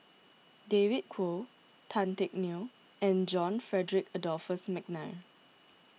David Kwo Tan Teck Neo and John Frederick Adolphus McNair